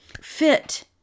fit